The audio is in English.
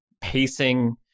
pacing